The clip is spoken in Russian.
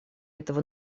этого